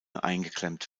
eingeklemmt